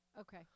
Okay